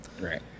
right